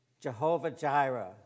Jehovah-Jireh